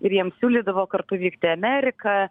kur jiem siūlydavo kartu vykti į ameriką